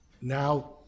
now